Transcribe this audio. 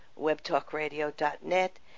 webtalkradio.net